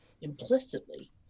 implicitly